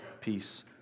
peace